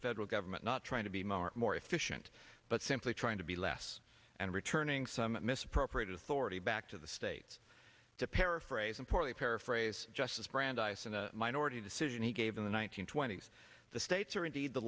federal government not trying to be more more efficient but simply trying to be less and returning some misappropriated authority back to the states to paraphrase and poorly paraphrase justice brandeis in the minority decision he gave in the one nine hundred twenty s the states are indeed the